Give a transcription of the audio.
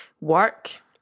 work